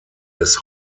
des